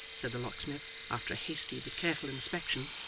said the locksmith, after a hasty but careful inspection,